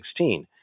2016